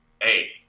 hey